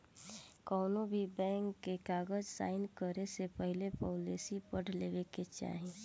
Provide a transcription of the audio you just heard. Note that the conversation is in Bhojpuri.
कौनोभी बैंक के कागज़ साइन करे से पहले पॉलिसी पढ़ लेवे के चाही